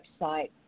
website